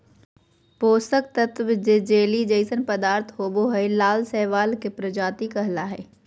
पोषक तत्त्व जे जेली जइसन पदार्थ होबो हइ, लाल शैवाल के प्रजाति कहला हइ,